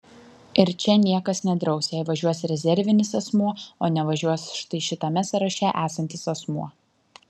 ir čia niekas nedraus jei važiuos rezervinis asmuo o nevažiuos štai šitame sąraše esantis asmuo